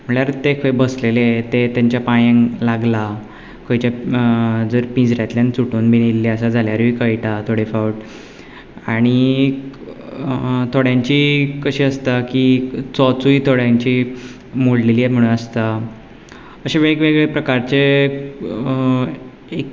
म्हणल्यार ते खंय बसलेले तें तांच्या पांयांक लागलां खंयचें जर पिंजऱ्यांतल्यान सुटून बीन येयल्ले आसल्यार कळटा थोडे फावट आनी थोड्यांची कशी आसता की चोंचय कोणाची मोडलेली म्हणोन आसता अशे वेगवेगळे सकाळचे एक